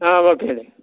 okay లే